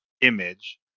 image